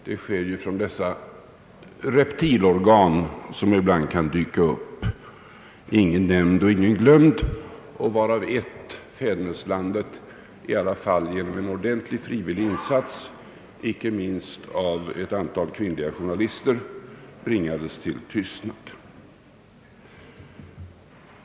Förlöpningarna görs av de reptilorgan som ibland kan dyka upp, ingen nämnd och ingen glömd, och varav ett, nämligen Fäderneslandet, genom en frivillig insats, icke minst av ett antal kvinliga journalister, bringades till tystnad.